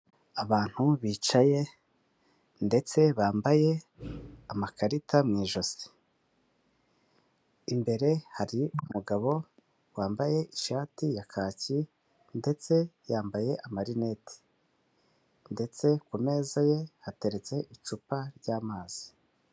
Abantu bicaye ndetse bambaye amakarita mu ijosi, imbere hari umugabo wambaye ishati ya kaki ndetse yambaye amarineti ndetse ku meza ye hateretse icupa ry'amazi.